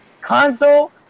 console